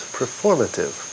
performative